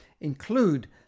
include